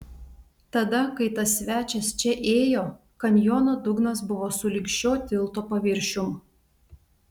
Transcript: tada kai tas svečias čia ėjo kanjono dugnas buvo sulig šio tilto paviršium